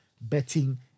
betting